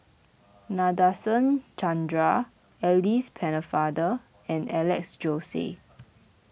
Nadasen Chandra Alice Pennefather and Alex Josey